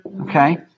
Okay